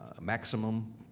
maximum